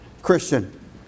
Christian